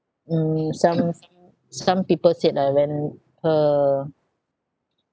mm some some people said lah when her